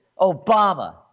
Obama